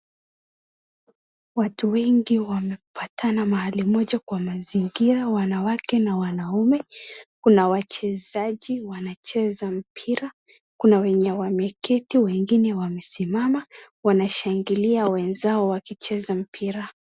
Watu wengi wamepatana mahali moja kwa mazingira, wanawake na wanaume, kuna wachezaji wanacheza mpira, kuna wenye wameketi, wengine wamesimama wanashangilia wenzao wakicheza mpira.